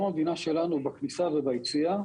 המדינה שלנו היום, בכניסה וביציאה,